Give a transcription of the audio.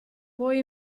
poi